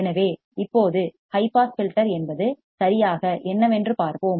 எனவே இப்போது high pass filter என்பது சரியாக என்னவென்று பார்ப்போம்